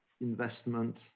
investment